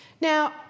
Now